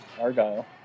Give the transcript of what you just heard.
Argyle